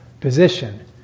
position